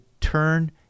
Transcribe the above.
turn